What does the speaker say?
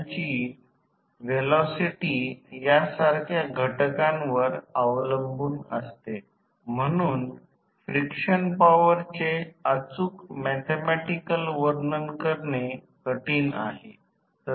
तर व्हॅटमीटर च्या वाचनामुळे वास्तविक कॉपर लॉस समजेल आणि हे अॅमेटर वाचन संपूर्ण भार विद्युत प्रवाह दाखवेल